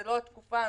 זה לא התקופה הנכונה,